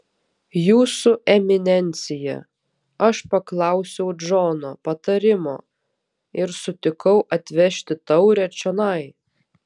jūsų eminencija aš paklausiau džono patarimo ir sutikau atvežti taurę čionai